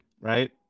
right